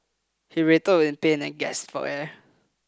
he writhed in pain and gasped for air